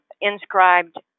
inscribed